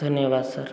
ଧନ୍ୟବାଦ ସାର୍